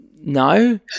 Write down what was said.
No